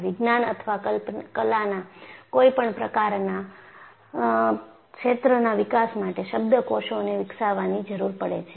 વિજ્ઞાન અથવા કલાના કોઈપણ પ્રકાના ક્ષેત્રના વિકાસ માટે શબ્દકોષોને વિકસાવવાની જરૂર પડે છે